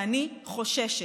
ואני חוששת,